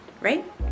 right